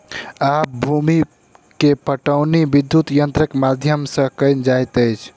आब भूमि के पाटौनी विद्युत यंत्रक माध्यम सॅ कएल जाइत अछि